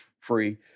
free